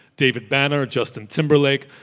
david banner, justin timberlake,